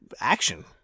action